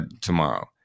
tomorrow